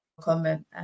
comment